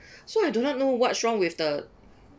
so I do not know what's wrong with the